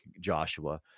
Joshua